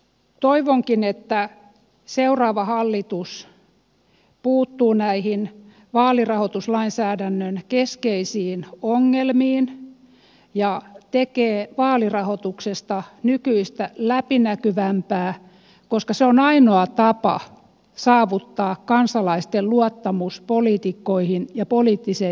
toivonkin että seuraava hallitus puuttuu näihin vaalirahoituslainsäädännön keskeisiin ongelmiin ja tekee vaalirahoituksesta nykyistä läpinäkyvämpää koska se on ainoa tapa saavuttaa kansalaisten luottamus poliitikkoihin ja poliittiseen järjestelmään